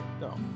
no